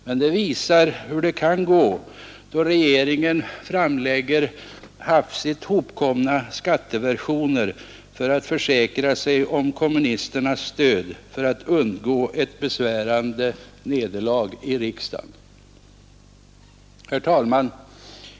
Men det visar hur det kan gå, då regeringen framlägger hafsigt hopkomna skatteversioner för att försäkra sig om kommunisternas stöd för att undgå ett besvärande nederlag i riksdagen. Herr talman!